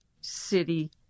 city